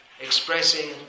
expressing